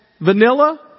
vanilla